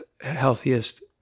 healthiest